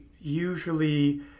usually